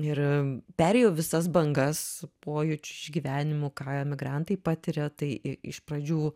ir perėjau visas bangas pojūčių išgyvenimų ką emigrantai patiria tai i iš pradžių